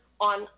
on